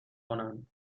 کنند